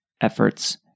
efforts